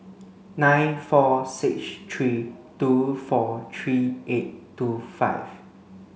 nine four six three two four three eight two five